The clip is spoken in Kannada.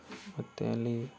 ಮತ್ತು ಅಲ್ಲಿ